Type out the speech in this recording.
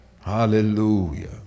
Hallelujah